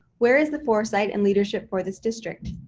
where is the foresight and leadership for this district?